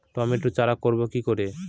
টমেটোর চাষ করব কি করে?